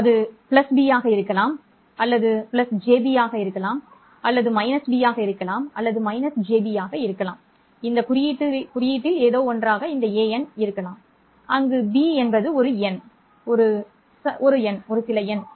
அது b ஆக இருக்கலாம் அது jb ஆக இருக்கலாம் அது b ஆக இருக்கலாம் அல்லது அது jb ஆக இருக்கலாம் அங்கு b என்பது சில எண்